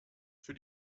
für